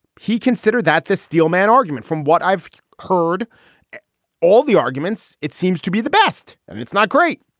he considered that the steel man argument, from what i've heard all the arguments, it seems to be the best. and it's not great.